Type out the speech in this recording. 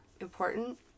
important